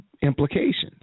implications